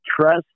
trust